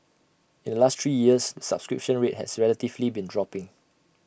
in the last three years the subscription rate has relatively been dropping